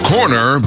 Corner